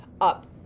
up